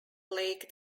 lake